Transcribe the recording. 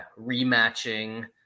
rematching